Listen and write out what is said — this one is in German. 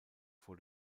vor